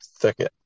thicket